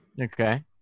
Okay